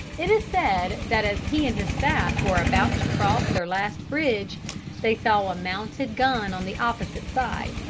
it is said that as he and his staff were about to cross their last bridge they saw a mounted gun on the opposite side,